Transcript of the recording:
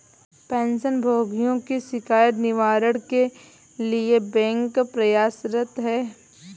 pension भोगियों की शिकायत निवारण के लिए बैंक प्रयासरत है